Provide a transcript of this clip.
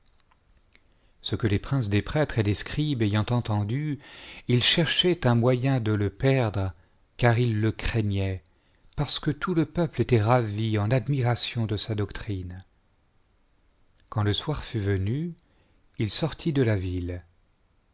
ce que les princes des prêtres et les scribes ayant entendu ils cherchaient un moyen de le perdre car ils le craignaient parce que tout le chap ii peuple était ravi en admiration de sa doctrine quand le soir fut venu î il sortit de la ville